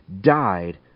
died